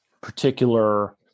particular